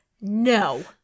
no